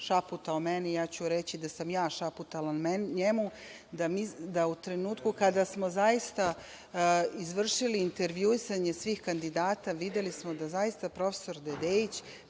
šaputao meni, ja ću reći da sam ja šaputala njemu, da u trenutku kada smo zaista izvršili intervjuisanje svih kandidata videli smo da zaista profesor Dedeić